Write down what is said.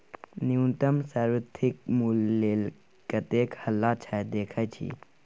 न्युनतम समर्थित मुल्य लेल कतेक हल्ला छै देखय छी